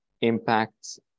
impacts